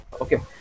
okay